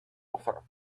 offer